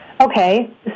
Okay